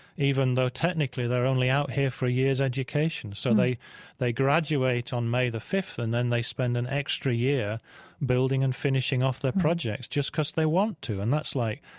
even though, technically, they're only out here for a year's education. so they they graduate on may the fifth, and then they spend an extra year building and finishing off their projects just because they want to. and that's like,